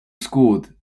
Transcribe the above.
scored